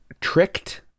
tricked